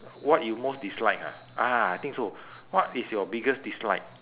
what you most dislike ah ah I think so what is your biggest dislike